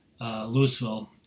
louisville